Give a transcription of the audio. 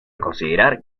considerar